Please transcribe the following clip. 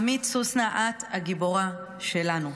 עמית סוסנה, את הגיבורה שלנו.